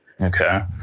Okay